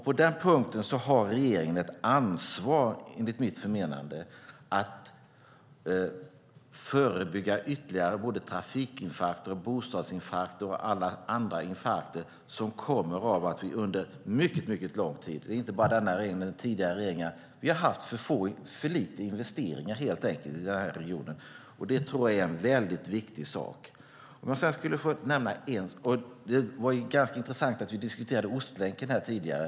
På den punkten har regeringen enligt mitt förmenande ett ansvar att förebygga ytterligare trafikinfarkter, bostadsinfarkter och andra infarkter som kommer av att vi under mycket lång tid, inte bara under denna regering och tidigare regeringar, har haft för lite investeringar i Stockholmsregionen. Det tror jag är en väldigt viktig sak. Vi diskuterade Ostlänken här tidigare.